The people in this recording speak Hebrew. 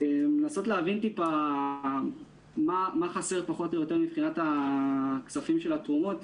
מבקשים לנסות להבין מה חסר פחות או יותר מבחינת כספי התרומות,